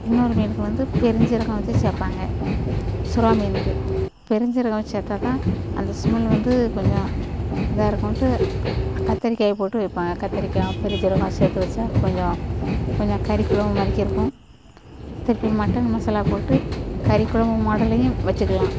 இன்னொரு மீனுக்கு வந்து பெருஞ்சீரகம் வச்சி சேர்ப்பாங்க சுறா மீனுக்கு பெருஞ்சீரகம் வச் சேர்த்தாத்தான் அந்த ஸ்மெல் வந்து கொஞ்சோம் இதாக இருக்குன்ட்டு கத்திரிக்காயை போட்டு வைப்பாங்க கத்திரிக்காய் பெருஞ்சீரகம் அது சேர்த்து வச்சா கொஞ்சோம் கொஞ்சோம் கறிக்கொழம்பு மாதிரிக்கி இருக்கும் திருப்பி மட்டன் மசாலா போட்டு கறிக்கொழம்பு மாடல்லேயும் வச்சுக்கலாம்